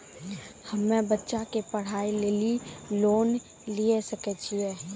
हम्मे बच्चा के पढ़ाई लेली लोन लिये सकय छियै?